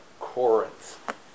Corinth